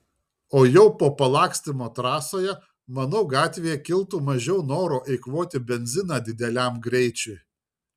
o jau po palakstymo trasoje manau gatvėje kiltų mažiau noro eikvoti benziną dideliam greičiui